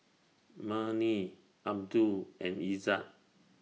Murni Abdul and Izzat